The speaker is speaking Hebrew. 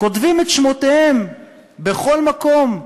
כותבים את שמותיהם בכל מקום.